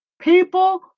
people